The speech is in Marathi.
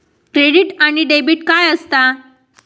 क्रेडिट आणि डेबिट काय असता?